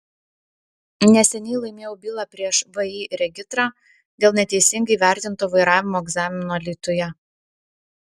neseniai laimėjau bylą prieš vį regitra dėl neteisingai įvertinto vairavimo egzamino alytuje